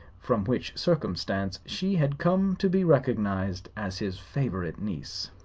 from which circumstance she had come to be recognized as his favorite niece.